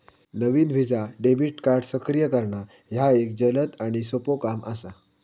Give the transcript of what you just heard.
नवीन Visa debit card सक्रिय करणा ह्या एक जलद आणि सोपो काम असा